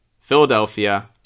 Philadelphia